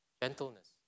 gentleness